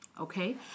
Okay